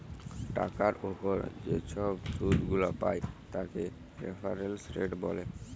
টাকার উপর যে ছব শুধ গুলা পায় তাকে রেফারেন্স রেট ব্যলে